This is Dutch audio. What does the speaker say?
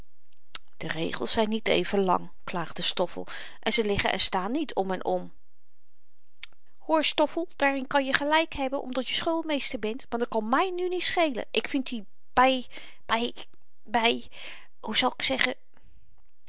de regels zyn niet even lang klaagde stoffel en ze liggen en staan niet om en om hoor stoffel daarin kan je gelyk hebben omdat je schoolmeester bent maar dàt kan my nu niet schelen ik vind die by by by hoe zal ik zeggen